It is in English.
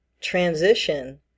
transition